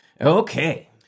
Okay